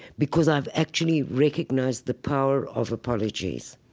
because i've actually recognized the power of apologies,